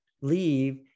Leave